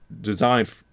designed